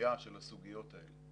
דחייה של הסוגיות האלה,